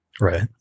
Right